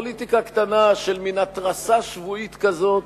פוליטיקה קטנה של מין התרסה שבועית כזאת,